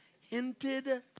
Hinted